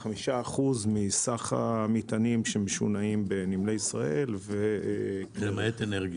5% מסך המטענים שמשונעים בנמלי ישראל -- למעט אנרגיה.